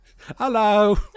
Hello